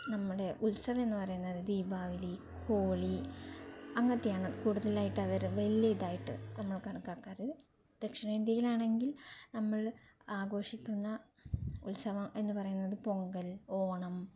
നമ്മുടെ ഉത്സവം എന്ന് പറയുന്നത് ദീപാവലി ഹോളി അങ്ങനത്തെയാണ് കൂടുതലായിട്ട് അവര് വലിയ ഇതായിട്ട് നമ്മൾ കണക്കാക്കാറ് ദക്ഷിണേന്ത്യയിലാണെങ്കിൽ നമ്മൾ ആഘോഷിക്കുന്ന ഉത്സവം എന്ന് പറയുന്നത് പൊങ്കൽ ഓണം